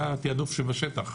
זה התעדוף שבשטח.